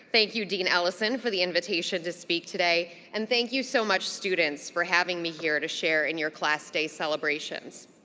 thank you, dean allison, for the invitation to speak today. and thank you so much, students, for having me here to share in your class day celebrations.